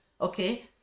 Okay